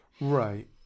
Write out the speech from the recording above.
Right